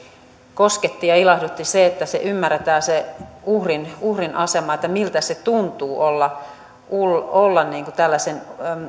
kosketti ja ilahdutti se että ymmärretään se uhrin uhrin asema miltä se tuntuu olla tällaisen